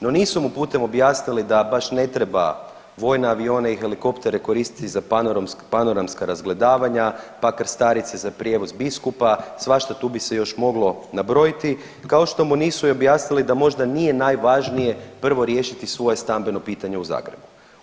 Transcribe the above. No, nisu mu putem objasnili da baš ne treba vojne avione i helikoptere koristiti za panoramska razgledavanja, pa krstarice za prijevoz biskupa, svašta tu bi se još moglo nabrojiti, kao što mu nisu objasnili da možda nije najvažnije prvo riješiti svoje stambeno pitanje u Zagrebu.